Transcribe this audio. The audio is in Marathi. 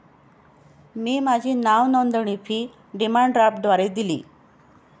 मी माझी नावनोंदणी फी डिमांड ड्राफ्टद्वारे दिली